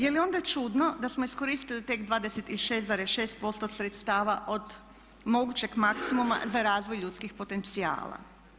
Je li onda čudno da smo iskoristili tek 26,6% sredstava od mogućeg maksimuma za razvoj ljudskih potencijala.